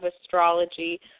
astrology